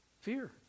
fear